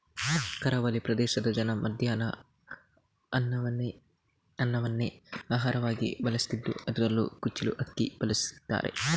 ಕರಾವಳಿ ಪ್ರದೇಶದ ಜನ ಮಧ್ಯಾಹ್ನ ಅನ್ನವನ್ನೇ ಆಹಾರವಾಗಿ ಬಳಸ್ತಿದ್ದು ಅದ್ರಲ್ಲೂ ಕುಚ್ಚಿಲು ಅಕ್ಕಿ ಬಳಸ್ತಾರೆ